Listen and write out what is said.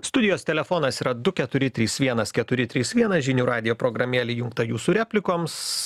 studijos telefonas yra du keturi trys vienas keturi trys vienas žinių radijo programėlė įjungta jūsų replikoms